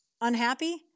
unhappy